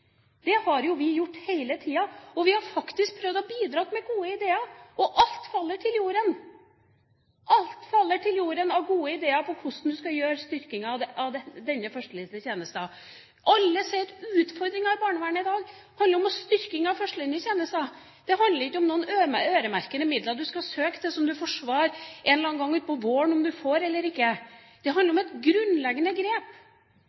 Det har vi gjort hele tida. Vi har faktisk prøvd å bidra med gode ideer, og alt faller til jorden. Alt faller til jorden av gode ideer for hvordan man skal styrke denne førstelinjetjenesten. Alle sier at utfordringen i barnevernet i dag handler om styrking av førstelinjetjenesten. Det handler ikke om noen øremerkede midler man skal søke om, og som man en eller annen gang utpå våren får svar på om man får eller ikke. Det handler om et grunnleggende grep.